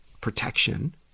protection